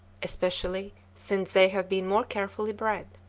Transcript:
especially since they have been more carefully bred.